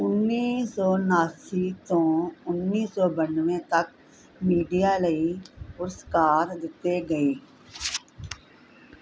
ਉੱਨੀ ਸੌ ਉਨਾਸੀ ਤੋਂ ਉੱਨੀ ਸੌ ਬਾਨਵੇਂ ਤੱਕ ਮੀਡੀਆ ਲਈ ਪੁਰਸਕਾਰ ਦਿੱਤੇ ਗਏ